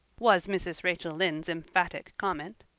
was mrs. rachel lynde's emphatic comment.